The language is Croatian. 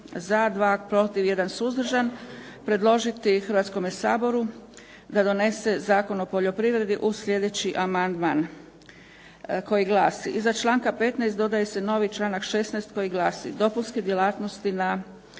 za, 2 protiv, 1 suzdržan predložiti Hrvatskome saboru da donese Zakon o poljoprivredi uz sljedeći amandman, koji glasi: "Iza članka 15. dodaje se novi članak 16. koji glasi: "Dopunske djelatnosti na